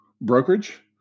brokerage